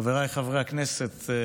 חבריי חברי הכנסת,